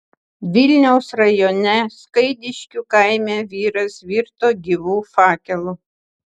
vilniaus rajone skaidiškių kaime vyras virto gyvu fakelu